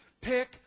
Pick